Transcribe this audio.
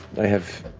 i have